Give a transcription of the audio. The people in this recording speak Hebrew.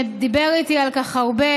דיבר איתי על כך הרבה,